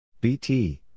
BT